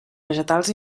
vegetals